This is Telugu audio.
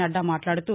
నడ్దా మాట్లాడుతూ